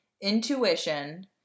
intuition